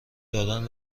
دادن